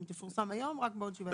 אם היא תפורסם היום, רק בעוד שבעה ימים.